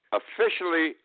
officially